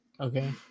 Okay